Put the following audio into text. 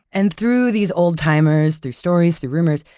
and through these old-timers, through stories, through rumors,